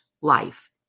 life